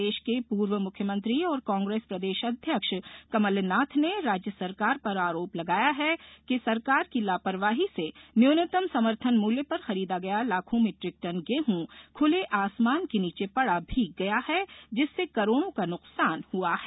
प्रदेश के पूर्व मुख्यमंत्री और कांग्रेस प्रदेश अध्यक्ष कमल नाथ ने राज्य रकार पर आरोप लगाया कि सरकार की लापरवाही से न्यूनतम समर्थन मूल्य पर खरीदा गया लाखों मीट्रिक टन गेहूं खुले आसमान के नीचे पड़ा भीग गया है जिससे करोड़ों का नुकसान हुआ है